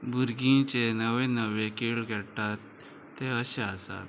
भुरगीं जे नवे नवे खेळ खेळटात ते अशे आसात